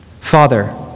Father